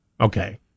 Okay